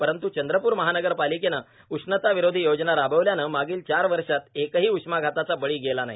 परंतू चंद्रपूर महानगर पालिकेनं उष्णताविरोधी योजना राबवल्यानं मागील चार वर्षात एकही उष्माघाताचं बळी गेला नाही